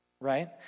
right